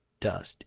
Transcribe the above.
dust